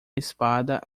espada